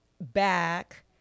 back